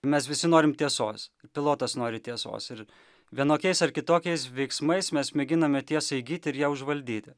mes visi norim tiesos pilotas nori tiesos ir vienokiais ar kitokiais veiksmais mes mėginame tiesą įgyti ir ją užvaldyti